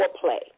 play